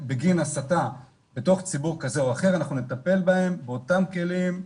בגין הסתה בתוך ציבור כזה או אחר אנחנו נטפל בהם באותם כלים,